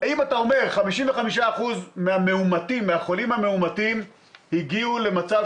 אם אתה אומר ש-55% מהחולים המאומתים הגיעו למצב